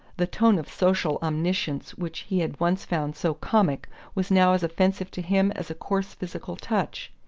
the tone of social omniscience which he had once found so comic was now as offensive to him as a coarse physical touch.